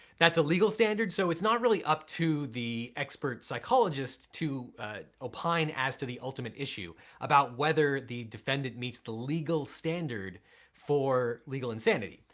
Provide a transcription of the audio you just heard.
that's a legal standard so its not really up to the expert psychologist to opine as to the ultimate issue about whether the defendant meets the legal standard for legal insanity.